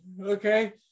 Okay